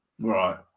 right